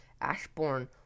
Ashbourne